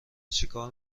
چیکار